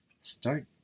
start